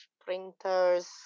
printers